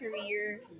career